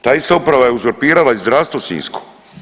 Ta ista uprava je uzurpirala i zdravstvo sinjsko.